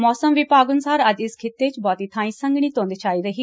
ਮੌਸਮ ਵਿਭਾਗ ਅਨਸਾਰ ਅੱਜ ਇਸ ਖਿਤੇ 'ਚ ਬਹਤੀ ਥਾਈਂ ਸੰਘਣੀ ਧੰਦ ਛਾਈ ਰਹੀ